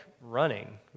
running